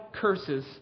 curses